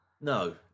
no